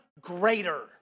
greater